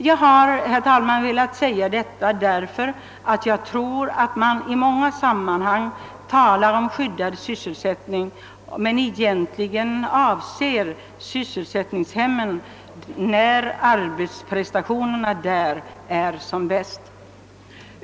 Jag har, herr talman, velat säga detta därför att man, enligt min mening, i många sammanhang talar om skyddad sysselsättning, medan man egentligen avser sysselsättningshemmen när arbetsprestationerna där är som bäst.